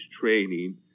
training